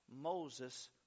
Moses